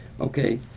Okay